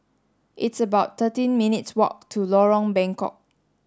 it's about thirteen minutes' walk to Lorong Bengkok